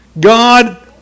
God